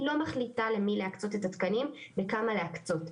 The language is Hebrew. היא לא מחליטה למי להקצות את התקנים וכמה להקצות,